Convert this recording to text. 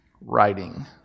writing